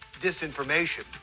disinformation